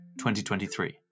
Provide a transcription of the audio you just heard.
2023